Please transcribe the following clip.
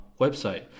website